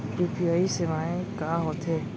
UPI सेवाएं का होथे?